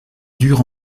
dure